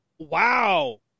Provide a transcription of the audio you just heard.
Wow